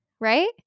Right